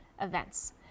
events